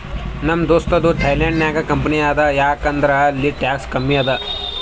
ನಮ್ ದೋಸ್ತದು ಥೈಲ್ಯಾಂಡ್ ನಾಗ್ ಕಂಪನಿ ಅದಾ ಯಾಕ್ ಅಂದುರ್ ಅಲ್ಲಿ ಟ್ಯಾಕ್ಸ್ ಕಮ್ಮಿ ಅದಾ